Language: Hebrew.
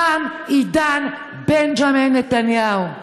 תם עידן בנג'מין נתניהו.